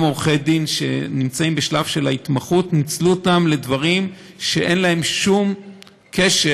עורכי דין שנמצאים בשלב של ההתמחות לדברים שאין להם שום קשר